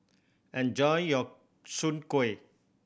enjoy your soon kway